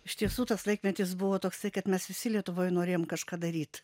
iš tiesų tas laikmetis buvo toksai kad mes visi lietuvoj norėjom kažką daryt